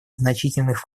значительных